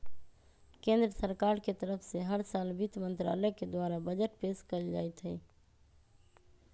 केन्द्र सरकार के तरफ से हर साल वित्त मन्त्रालय के द्वारा बजट पेश कइल जाईत हई